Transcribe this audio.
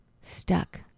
Stuck